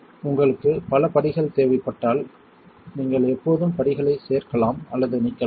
எனவே உங்களுக்கு பல படிகள் தேவைப்பட்டால் நீங்கள் எப்போதும் படிகளைச் சேர்க்கலாம் அல்லது நீக்கலாம்